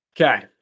Okay